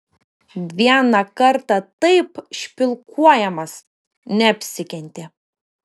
vieną kartą taip špilkuojamas neapsikentė